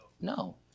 No